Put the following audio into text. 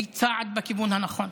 היא צעד בכיוון הנכון.